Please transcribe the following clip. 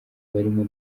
barimo